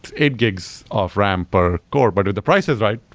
eight gigs of ram per core. but if the price is right,